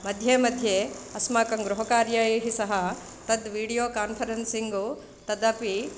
मध्ये मध्ये अस्माकं गृहकार्यैः सह तत् वीडियो कान्फरेन्सिङ्ग् तदपि